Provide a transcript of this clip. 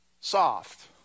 soft